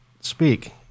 speak